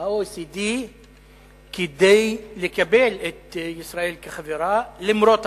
ה-OECD כדי לקבל את ישראל כחברה למרות הפערים,